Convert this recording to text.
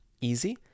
easy